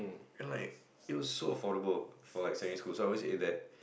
and like it was so affordable for like secondary school so I always ate that